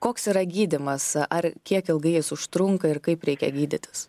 koks yra gydymas ar kiek ilgai jis užtrunka ir kaip reikia gydytis